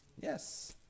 Yes